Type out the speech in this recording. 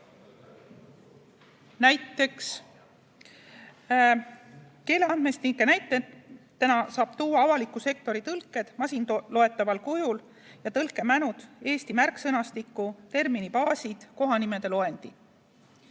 kvaliteeti. Keeleandmestike näitena saab tuua avaliku sektori tõlked masinloetaval kujul ja tõlkemälud, Eesti märksõnastiku, terminibaasid, kohanimede loendi.